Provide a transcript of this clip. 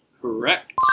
Correct